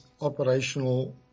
operational